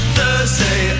Thursday